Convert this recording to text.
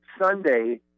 Sunday